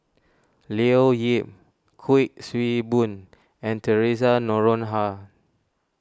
Leo Yip Kuik Swee Boon and theresa Noronha